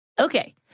okay